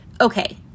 okay